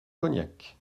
cognac